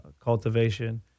cultivation